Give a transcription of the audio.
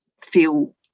feel